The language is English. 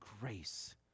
grace